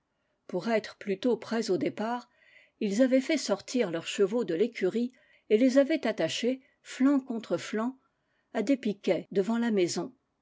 pour être plus tôt prêts au départ ils avaient fait sortir leurs che vaux de l'écurie et les avaient attachés flanc contre flanc à des piquets devant la maison